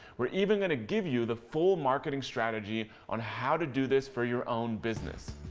we're even gonna give you the full marketing strategy on how to do this for your own business.